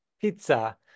pizza